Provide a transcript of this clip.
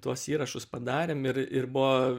tuos įrašus padarėm ir ir buvo